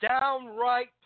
downright